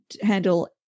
handle